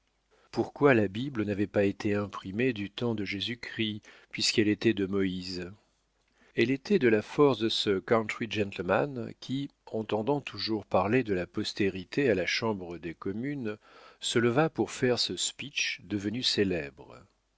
pourquoi la bible n'avait pas été imprimée du temps de jésus-christ puisqu'elle était de moïse elle était de la force de ce country gentleman qui entendant toujours parler de la postérité à la chambre des communes se leva pour faire ce speech devenu célèbre